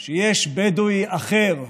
אני רוצה לומר שיש בדואי אחר,